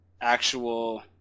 actual